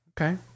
Okay